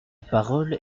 parole